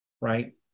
right